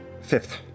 fifth